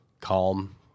calm